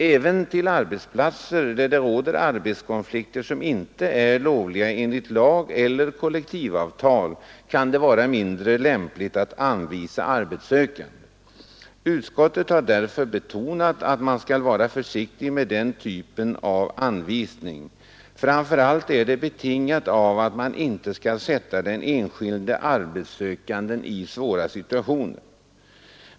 Även till arbetsplatser där det råder arbetskonflikter som inte är lovliga enligt lag eller kollektivavtal kan det vara mindre lämpligt att anvisa arbetssökande. Utskottet har därför betonat att man skall vara försiktig med den typen av arbetsanvisning. Framför allt är detta betingat av att man inte skall försätta den enskilde arbetssökande i svåra situationer.